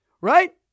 right